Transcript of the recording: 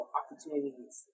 opportunities